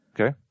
Okay